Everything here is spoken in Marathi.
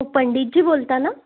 पंडितजी बोलता ना